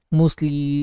mostly